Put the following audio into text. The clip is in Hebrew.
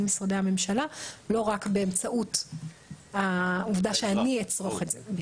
משרדי הממשלה לא רק באמצעות העובדה שאני אצרוך את זה.